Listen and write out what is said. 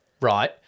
right